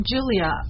Julia